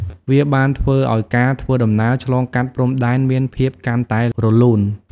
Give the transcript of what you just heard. វាបានធ្វើឲ្យការធ្វើដំណើរឆ្លងកាត់ព្រំដែនមានភាពកាន់តែរលូន។